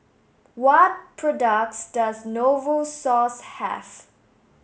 what products does Novosource have